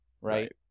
right